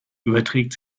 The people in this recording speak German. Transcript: überträgt